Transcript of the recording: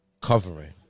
covering